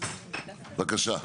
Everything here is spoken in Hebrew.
בבקשה.